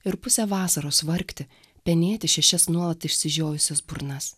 ir pusę vasaros vargti penėti šešias nuolat išsižiojusias burnas